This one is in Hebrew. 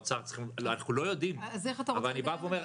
אנחנו לא יודעים אבל אני בא ואומר,